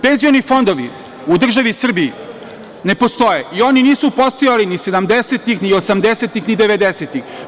Penzioni fondovi u državi Srbiji ne postoje i oni nisu postojali ni sedamdesetih, ni osamdesetih, ni devedesetih.